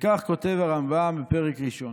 וכך כותב הרמב"ם בפרק ראשון: